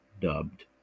dubbed